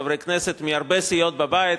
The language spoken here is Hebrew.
חברי כנסת מהרבה סיעות בבית,